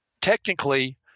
technically